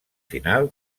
final